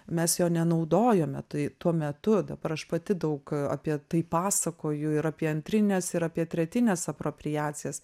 mes jo nenaudojome tai tuo metu dabar aš pati daug apie tai pasakoju ir apie antrines ir apie tretines apropriacijas